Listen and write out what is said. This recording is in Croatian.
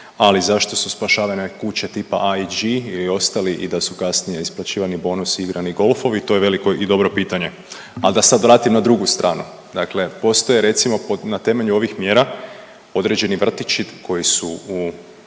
ali zašto su spašavane kuće tipa IEG ili ostali i da su kasnije isplaćivani bonusi i igrani golfovi, to je veliko i dobro pitanje. Ali da se sad vratim na drugu stranu. Dakle postoje recimo, na temelju ovih mjera određeni vrtići koji su u